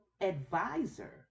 advisor